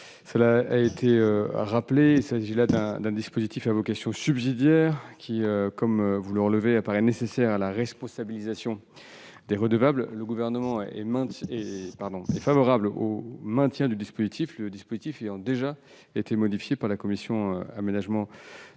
cela a été rappelé, il s'agit d'un dispositif à vocation subsidiaire, qui paraît nécessaire à la responsabilisation des redevables. Le Gouvernement est favorable au maintien du dispositif, celui-ci ayant déjà été modifié par la commission saisie